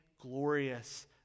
glorious